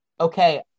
okay